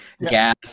gas